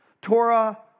Torah